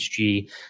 HG